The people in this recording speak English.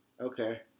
Okay